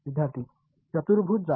विद्यार्थीः चतुर्भुज जा